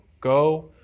Go